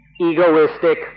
egoistic